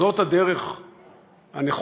זאת הדרך הנכונה,